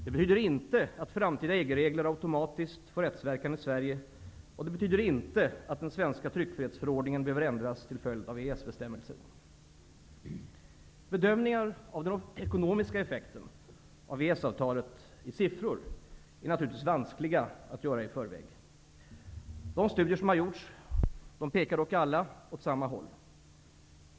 Det betyder inte att framtida EG-regler automatiskt får rättsverkan i Sverige, och det betyder inte att den svenska tryckfrihetsförordningen behöver ändras till följd av EES-bestämmelser. avtalet i siffror är naturligtvis vanskliga att göra i förväg. De studier som har gjorts pekar dock alla åt samma håll.